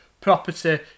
property